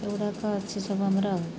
ଏଗୁଡ଼ାକ ଅଛି ସବୁ ଆମର